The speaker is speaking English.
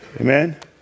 Amen